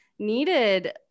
needed